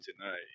tonight